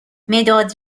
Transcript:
مداد